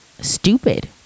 Stupid